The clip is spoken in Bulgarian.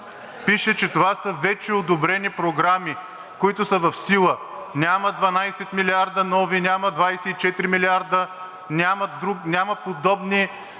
Пише, че това са вече одобрени програми, които са в сила. Няма нови 12 милиарда, няма 24 милиарда, няма подобни